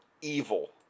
evil